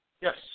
Yes